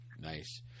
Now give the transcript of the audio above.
Nice